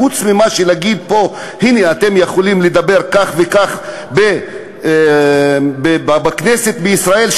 חוץ מלהגיד פה: הנה אתם יכולים לדבר כך וכך בכנסת בישראל,